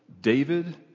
David